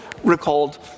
recalled